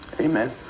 Amen